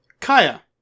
Kaya